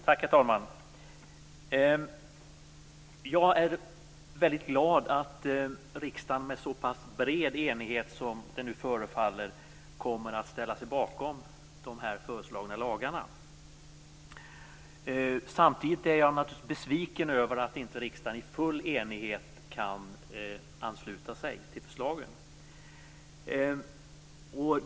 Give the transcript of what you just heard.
Herr talman! Jag är väldigt glad att riksdagen med så pass bred enighet som det förefaller kommer att ställa sig bakom de nu föreslagna lagarna. Samtidigt är jag naturligtvis besviken över att riksdagen inte i full enighet kan ansluta sig till förslagen.